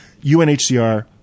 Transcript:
UNHCR